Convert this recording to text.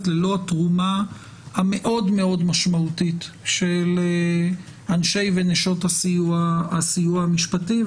ללא התרומה המשמעותית מאוד של אנשי ונשות הסיוע המשפטי,